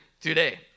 today